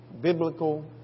biblical